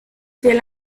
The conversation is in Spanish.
fiel